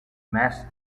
mass